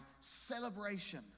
celebration